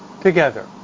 Together